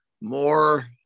more